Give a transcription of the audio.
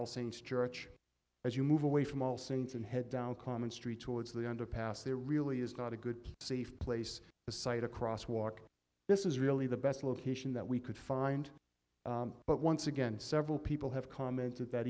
all saints church as you move away from all saints and head down common street towards the underpass there really is not a good safe place to site a cross walk this is really the best location that we could find but once again several people have commented that